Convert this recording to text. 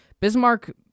Bismarck